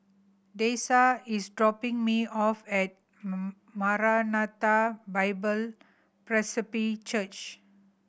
Dessa is dropping me off at Maranatha Bible Presby Church